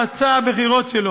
הבריאות,